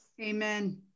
amen